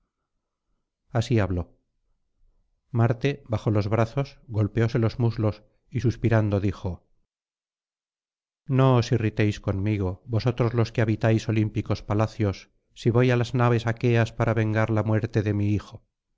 así habló marte bajó los brazos golpeóse los muslos y suspirando dijo no os irritéis conmigo vosotros los que habitáis olímpicos palacios si voy á las naves aqueas para vengar la muerte de mi hicanto